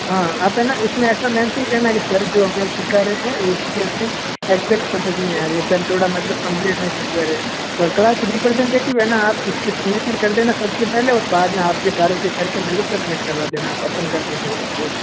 हाँ आप है ना उस में ऐसा मेंशन करना कि सर जो हमें सीखा रहे हैं वो चीज़ हमें एग्जैक्ट समझ नहीं आ रही है सर थोड़ा मतलब कंप्लीट नहीं समझा रहे हैं और क्लास रिप्रेजेंटेटि है ना आप उसके सिग्नेचर कर देना सब से पहले और बाद में आप के सारों के कर के मेरे को सबमिट करवा देना अपन कर लेंगे चेक वेक